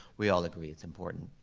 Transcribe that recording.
we all agree it's important.